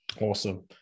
Awesome